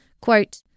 Quote